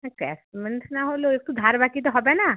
না cash payment না হলেও একটু ধার বাকিতে হবে না